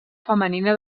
femenina